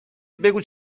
بگو